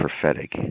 prophetic